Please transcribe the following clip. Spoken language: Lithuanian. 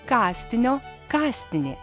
kastinio kastinį